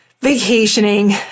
vacationing